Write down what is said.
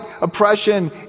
oppression